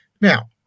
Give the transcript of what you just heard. Now